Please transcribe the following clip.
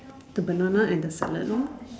the banana and the salad lor